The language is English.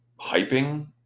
hyping